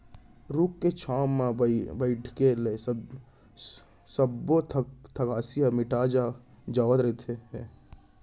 रूख के छांव म बइठे ले सब्बो थकासी ह मिटा जावत रहिस हे